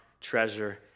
treasure